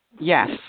Yes